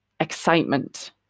excitement